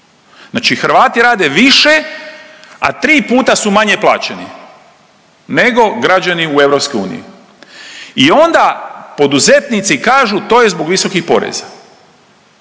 Znači Hrvati rade više, a 3 puta su manje plaćeni nego građani u EU. I onda poduzetnici kažu to je zbog visokih poreza